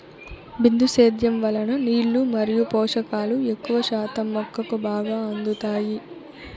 బిందు సేద్యం వలన నీళ్ళు మరియు పోషకాలు ఎక్కువ శాతం మొక్కకు బాగా అందుతాయి